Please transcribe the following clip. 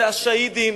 זה השהידים,